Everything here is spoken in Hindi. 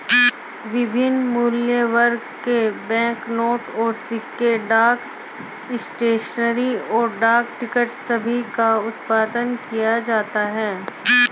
विभिन्न मूल्यवर्ग के बैंकनोट और सिक्के, डाक स्टेशनरी, और डाक टिकट सभी का उत्पादन किया जाता है